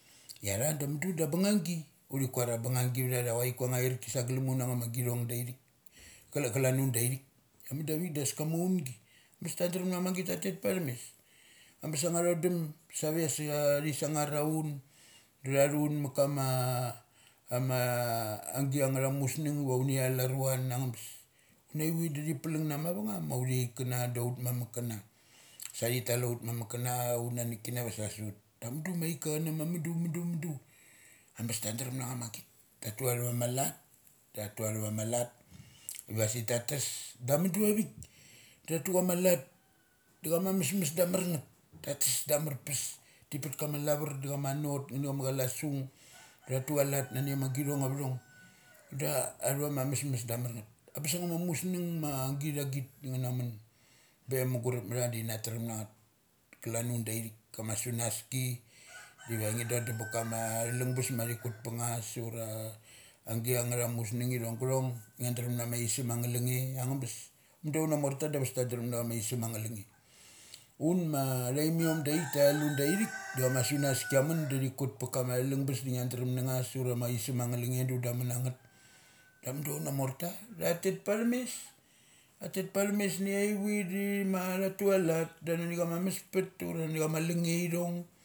Ia tha da mudn da bung anggi, uthi kuar ia bung anggi vtha tha chuai ku anga airki savtha tha uthi kuar ia bungnanggi vtha tha chuaiku angnga air ki sagglum un ang a ma githong da thik gal a galan un da ithik. Da mudi avik daskama aungi. Abes ta drem na ma git ta tet pathum mes. Ambes anga thodum sia thi sangar aur, tha thu un ma kama ama agia angatha musnung ma uni thal aruan anga abes unaivi da uthi palung na mava ngum ma authi chaik kana da aut mamuk kana. Sa thi tal aumamuk kana aunanuk kina vasa su ut. Da muduma aika chana ma mudu, mudu abes ta drem na ma git. Ta tu athava ma lat, datha tu athava ma lat vasik ta tes da mudu avik da tu chama lat da chama mesmes da matrngeth. Ta tes da amar pes. Ti put kama lavar da chama not nga na chama chala sung tha tu alat nani ama githong ava thong da athava ma mesmes da amarngeth. Abes anga ma musng ma agit, agit da nga na mun pe mugurup ma tha na tuam nangeth klan un da ithik kama sunaski divangi dodum ba kama thalung bes ma thi kut pang ngus ura agia nga tha musnung ithong gathong ngia drem na kama ais emanga lunge anga bes. Mudu autha mortha morta da bes ta drem na chama aisem angnga lunse. Un ma athaimiom da ithik da tha tal un daithik, da chama sunaski chia mun da thi kut pa kama thalung bes da ngia drem na ngas ura ama aisem angnga lunge da undrem amun na ngeth. Da mudu auna morta tha tet pathum mes ta tet pathum mes nia ivi di thi ma tha tu a lat nani ama mespat ura nani chama lung ne ithong.